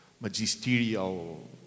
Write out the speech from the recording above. magisterial